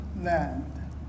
land